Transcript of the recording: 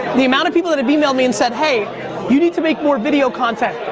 the amount of people that have emailed me and said hey you need to make more video content.